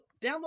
download